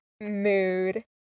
Mood